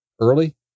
early